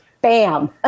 bam